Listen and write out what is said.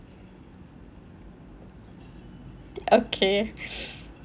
okay